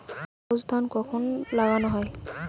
আউশ ধান কখন লাগানো হয়?